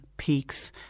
peaks